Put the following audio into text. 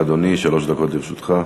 בבקשה, אדוני, שלוש דקות לרשותך.